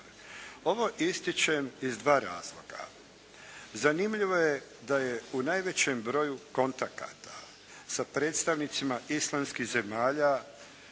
Ovo ističem iz dva razloga. Zanimljivo je da je u najvećem broju kontakata sa predstavnicima islamskih zemalja,